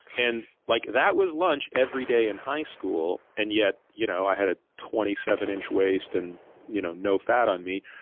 and like that was lunch every day in high school, and yet you know i had a twenty seven inch waist and you know no fat on me.